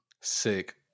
Sick